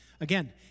Again